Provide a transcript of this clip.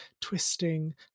twisting